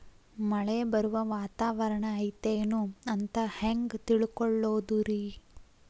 ಮಳೆ ಬರುವ ವಾತಾವರಣ ಐತೇನು ಅಂತ ಹೆಂಗ್ ತಿಳುಕೊಳ್ಳೋದು ರಿ?